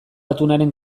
atunaren